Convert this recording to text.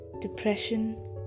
Depression